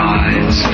eyes